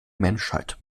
menschheit